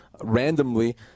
randomly